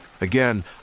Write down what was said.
Again